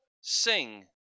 sing